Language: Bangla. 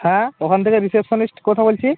হ্যাঁ ওখান থেকে রিসেপশনিস্ট কথা বলছি